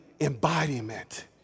embodiment